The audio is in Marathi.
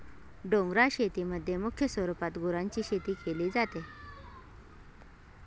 डोंगराळ शेतीमध्ये मुख्य स्वरूपात गुरांची शेती केली जाते